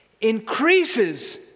increases